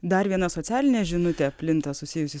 dar viena socialinė žinutė plinta susijusi